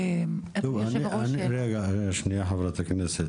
אדוני היו"ר --- רגע, חברת הכנסת.